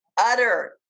utter